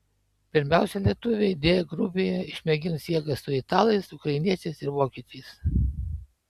pirmiausia lietuviai d grupėje išmėgins jėgas su italais ukrainiečiais ir vokiečiais